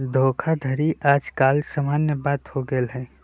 धोखाधड़ी याज काल समान्य बात हो गेल हइ